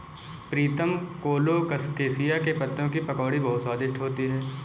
प्रीतम colocasia के पत्तों की पकौड़ी बहुत स्वादिष्ट होती है